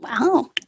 Wow